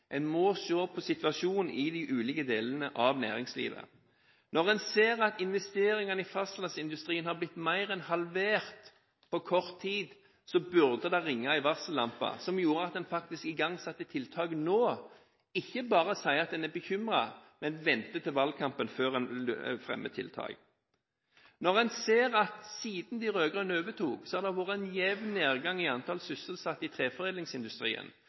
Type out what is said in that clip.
En må se på situasjonen i de ulike delene av næringslivet. Når en ser at investeringene i fastlandsindustrien har blitt mer enn halvert på kort tid, burde det ringe en varsellampe som gjorde at en faktisk igangsatte tiltak nå og ikke bare sier at en er bekymret, men venter til valgkampen før en fremmer tiltak. Når en ser at det siden de rød-grønne overtok, har vært en jevn nedgang i antall sysselsatte i treforedlingsindustrien,